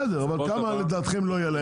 בסדר, אבל כמה לדעתכם לא יהיה להם?